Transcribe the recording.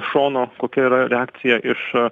šono kokia yra reakcija iš